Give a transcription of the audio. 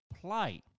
play